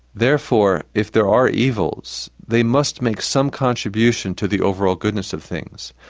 therefore, if there are evils, they must make some contribution to the overall goodness of things.